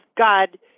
God